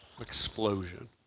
explosion